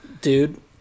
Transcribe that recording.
Dude